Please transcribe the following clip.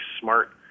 smart